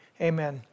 amen